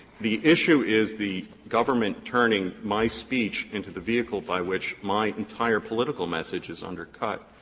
the issue is the government turning my speech into the vehicle by which my entire political message is undercut.